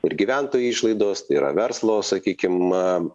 ir gyventojų išlaidos tai yra verslo sakykim